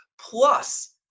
Plus